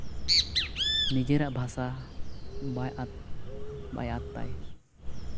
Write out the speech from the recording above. ᱱᱤᱡᱮᱨᱟᱜ ᱵᱷᱟᱥᱟ ᱵᱟᱭ ᱟᱫᱽ ᱵᱟᱭ ᱟᱫᱽ ᱛᱟᱭ